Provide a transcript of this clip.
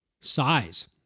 size